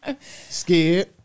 Scared